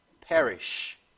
perish